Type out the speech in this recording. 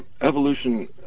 Evolution